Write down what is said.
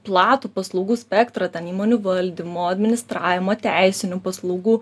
platų paslaugų spektrą įmonių valdymo administravimo teisinių paslaugų